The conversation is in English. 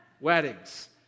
weddings